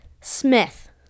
smith